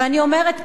ואני אומרת פה,